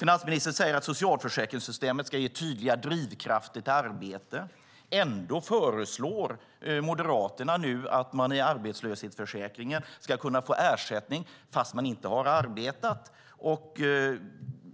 Finansministern säger att socialförsäkringssystemet ska ge tydliga drivkrafter till arbete. Ändå föreslår Moderaterna att man i arbetslöshetsförsäkringen ska kunna få ersättning fast man inte har arbetat.